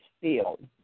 field